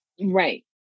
Right